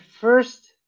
first